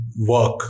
Work